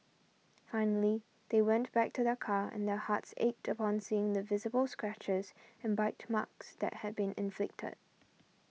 finally they went back to their car and their hearts ached upon seeing the visible scratches and bite marks that had been inflicted